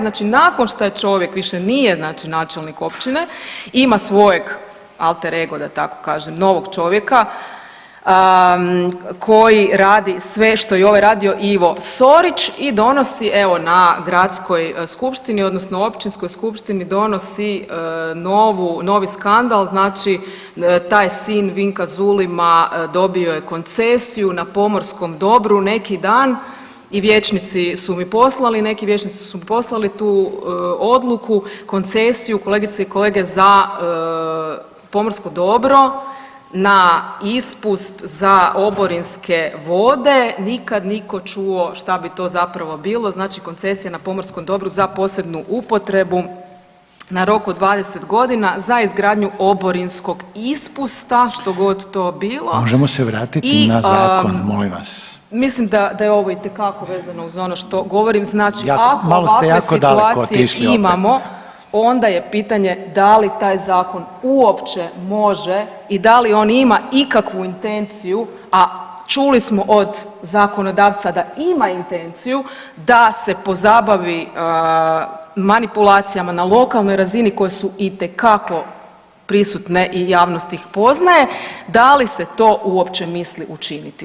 Znači nakon šta je čovjek više nije znači načelnik općine, ima svojeg alter ego da tako kažem novog čovjeka koji radi sve što je i ovaj radio Ivo Sorić i donosi evo na gradskoj skupštini odnosno općinskoj skupštini donosi novu, novi skandal, znači taj sin Vinka Zulima dobio je koncesiju na pomorskom dobru neki dan i vijećnici su mi poslali, neki vijećnici su mi poslali tu odluku koncesiju kolegice i kolege za pomorsko dobro na ispust za oborinske vode nikad nitko čuo šta bi to zapravo bilo znači koncesija na pomorskom dobru za posebnu upotrebu na rok od 20 godina za izgradnju oborinskog ispusta [[Upadica: Možemo se vratiti na zakon, molim vas.]] i mislim da je ovo itekako vezano uz ono što govorim [[Upadica: Malo ste jako otišli opet.]] znači ako ovakve situacije imamo onda je pitanje da li taj zakon uopće može da li on ima ikakvu intenciju, a čuli smo od zakonodavca da ima intenciju da se pozabavi manipulacijama na lokalnoj razini koje su itekako prisutne i javnost ih poznaje, da li se to uopće misli učiniti.